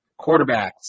Quarterbacks